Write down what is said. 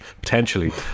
potentially